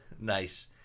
Nice